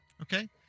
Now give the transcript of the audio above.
Okay